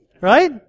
right